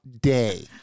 day